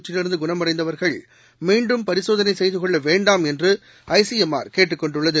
தொற்றிலிருந்துகுணமடைந்தவர்கள் மீண்டும் பரிசோதனைசெய்தகொள்ளவேண்டாம் என்றுஐசிஎம்ஆர் கேட்டுக் கொண்டுள்ளது